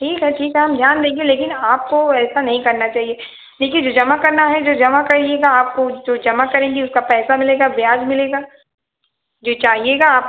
ठीक है ठीक है हम ध्यान देंगे लेकिन आपको ऐसा नहीं करना चाहिए देखिए जो जमा करना है जो जमा करिएगा आपको जो जमा करेंगी उसका पैसा मिलेगा ब्याज मिलेगा जो चाहिएगा आप